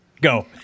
Go